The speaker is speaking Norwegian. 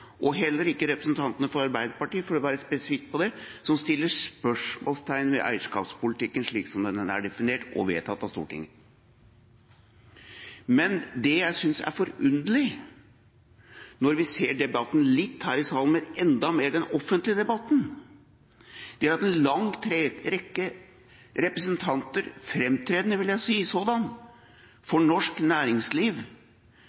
– heller ikke representantene fra Arbeiderpartiet, for å være spesifikk på det – som stiller spørsmål ved eierskapspolitikken slik den er definert og vedtatt av Stortinget. Det jeg synes er forunderlig ved debatten, litt her i salen, men enda mer i den offentlige debatten, er at en lang rekke representanter for norsk næringsliv – framtredende sådanne, vil jeg si